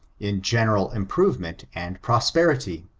in general improvement and prosperity.